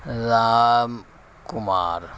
Ram Kumar